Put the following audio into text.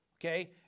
okay